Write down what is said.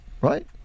right